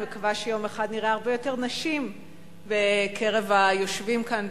אני מקווה שיום אחד נראה הרבה יותר נשים בקרב היושבים כאן.